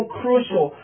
crucial